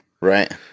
right